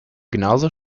genauso